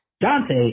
Dante